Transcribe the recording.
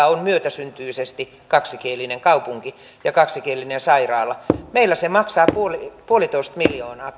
on myötäsyntyisesti kaksikielinen kaupunki ja jossa on kaksikielinen sairaala meillä se maksaa yksi pilkku viisi miljoonaa